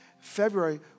February